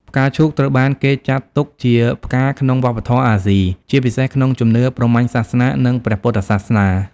ផ្កាឈូកត្រូវបានគេចាត់ទុកជាផ្កាក្នុងវប្បធម៌អាស៊ី ជាពិសេសក្នុងជំនឿព្រហ្មញ្ញសាសនា និងព្រះពុទ្ធសាសនា។